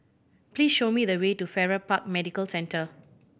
please show me the way to Farrer Park Medical Centre